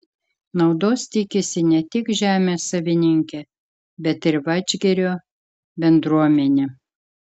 naudos tikisi ne tik žemės savininkė bet ir vadžgirio bendruomenė